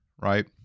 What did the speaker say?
right